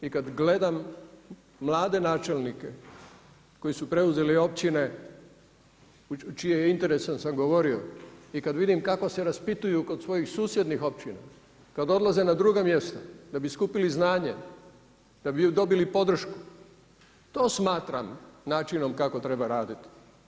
I kad gledam mlade načelnike koji su preuzeli općine o čijem interesu sam govorio i kad vidim kako se raspituju kod svojih susjednih općina kad odlaze na druga mjesta da bi skupili znanje, da bi dobili podršku to smatram načinom kako treba raditi.